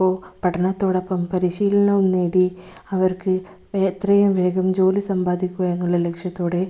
അപ്പോൾ പഠനത്തോടൊപ്പം പരിശീലനവും നേടി അവർക്ക് എത്രയും വേഗം ജോലി സമ്പാദിക്കുക എന്നുള്ള ലക്ഷ്യത്തോടെ